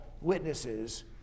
witnesses